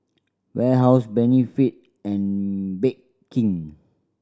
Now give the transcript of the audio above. Warehouse Benefit and Bake King